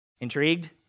Intrigued